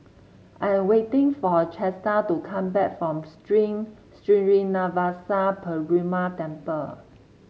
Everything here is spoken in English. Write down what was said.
I am waiting for Chester to come back from Sri Srinivasa Perumal Temple